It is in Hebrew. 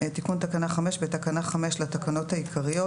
תיקון תקנה 52.בתקנה 5 לתקנות העיקריות